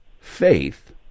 faith